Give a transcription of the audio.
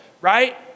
right